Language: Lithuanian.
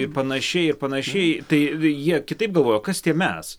ir panašiai ir panašiai tai jie kitaip galvojo kas tie mes